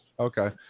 Okay